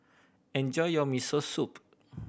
enjoy your Miso Soup